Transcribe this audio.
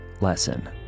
lesson